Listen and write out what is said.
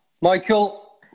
Michael